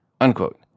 unquote